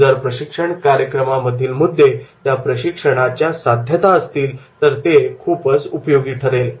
जर प्रशिक्षण कार्यक्रमामधील मुद्दे त्या प्रशिक्षणाच्या साध्यता असतील तर ते खूपच उपयोगी ठरेल